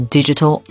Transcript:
Digital